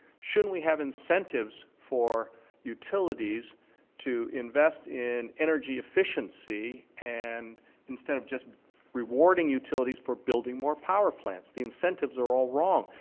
shouldn't we have incentives for utilities to invest in energy efficiency and instead of just rewarding utilities for building more power plants? the incentives are all wrong.